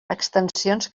extensions